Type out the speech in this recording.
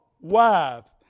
wives